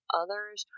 others